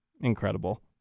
incredible